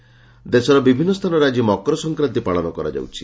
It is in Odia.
ମକର ସଂକ୍ରାନ୍ତି ଦେଶର ବିଭିନ୍ନ ସ୍ଥାନରେ ଆଜି ମକର ସଂକ୍ରାନ୍ତି ପାଳନ କରାଯାଉଛି